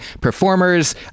performers